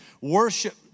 Worship